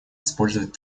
использовать